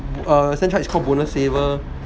uh stan chart is called bonus saver